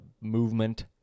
movement